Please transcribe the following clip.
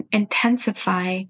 intensify